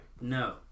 No